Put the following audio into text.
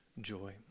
joy